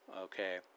Okay